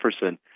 Jefferson